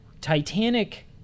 Titanic